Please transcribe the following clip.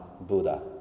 Buddha